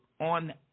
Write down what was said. on